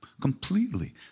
completely